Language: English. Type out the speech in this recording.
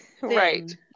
right